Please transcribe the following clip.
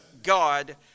God